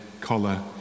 collar